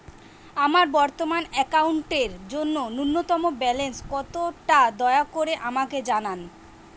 আমার বর্তমান অ্যাকাউন্টের জন্য ন্যূনতম ব্যালেন্স কত তা দয়া করে আমাকে জানান